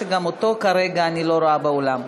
שגם אותו כרגע אני לא רואה באולם.